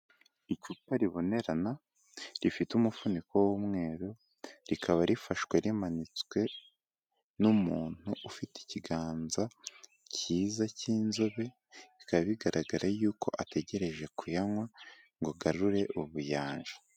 Icupa ribonerana rifite umufuniko w'umweru, rikaba rifashwe rimanitswe n'umuntu ufite ikiganza cyiza cy'inzobe, bikaba bigaragara yuko ategereje kuyanywa ngo agarure ubuyanja.